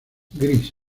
gris